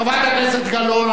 הוא עכשיו משיב לך.